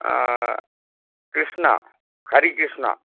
Krishna Harikrishna